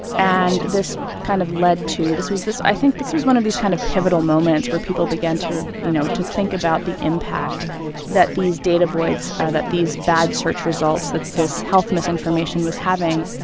and this kind of led to this was i think this was one of these kind of pivotal moments where people began to, you know, to think about the impact that these data voids, that these bad search results, that this health misinformation was having.